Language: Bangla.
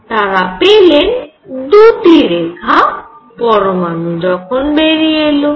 তাঁরা পেলেন দুটি রেখা পরমাণু যখন বেরিয়ে এলো